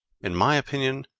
in my opinion,